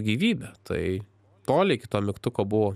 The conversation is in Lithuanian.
gyvybę tai toli iki to mygtuko buvo